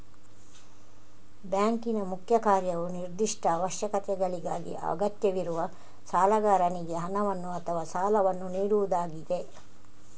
ಬ್ಯಾಂಕಿನ ಮುಖ್ಯ ಕಾರ್ಯವು ನಿರ್ದಿಷ್ಟ ಅವಶ್ಯಕತೆಗಳಿಗಾಗಿ ಅಗತ್ಯವಿರುವ ಸಾಲಗಾರನಿಗೆ ಹಣವನ್ನು ಅಥವಾ ಸಾಲವನ್ನು ನೀಡುವುದಾಗಿದೆ